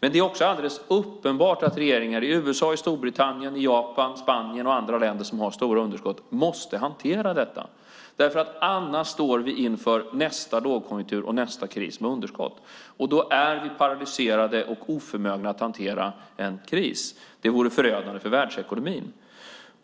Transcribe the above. Det är också alldeles uppenbart att regeringar i USA, i Storbritannien, i Japan, i Spanien och i andra länder med stora underskott måste hantera detta. Annars står vi inför nästa lågkonjunktur och nästa kris med underskott. Då är vi paralyserade och oförmögna att hantera en kris. Det vore förödande för världsekonomin.